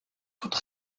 toute